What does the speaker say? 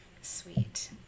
Sweet